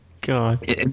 God